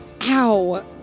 Ow